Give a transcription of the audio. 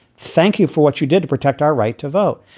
thank you for what you did to protect our right to vote.